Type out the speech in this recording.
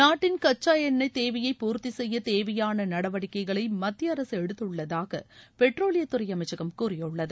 நாட்டின் கச்சா எண்ணெய் தேவையை பூர்த்தி செய்ய தேவையான நடவடிக்கைகளை மத்திய அரசு எடுத்துள்ளதாக பெட்ரோலியத்துறை அமைச்சகம் கூறியுள்ளது